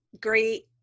great